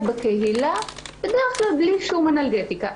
בקהילה ובדרך כלל בלי שום אנלגטיקה.